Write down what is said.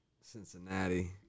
Cincinnati